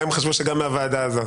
אולי הם חשבו שגם מהוועדה הזאת.